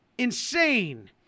insane